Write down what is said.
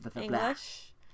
English